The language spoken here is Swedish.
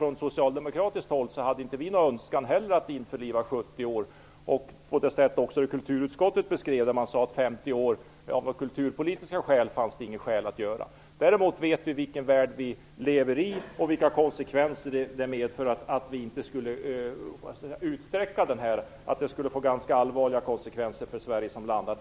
Från socialdemokratiskt håll hade vi inte heller någon önskan om att införliva en övergång till en skyddstid på 70 år. I kulturutskottet sade man också att det av kulturpolitiska skäl inte fanns något skäl att genomföra detta. Däremot vet vi vilken värld vi lever i och vilka konsekvenser det skulle medföra om vi skulle utsträcka skyddstiden. Konsekvenserna för Sverige skulle kunna bli ganska allvarliga.